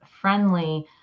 friendly